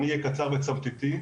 אני אהיה קצר ותמציתי.